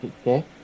Okay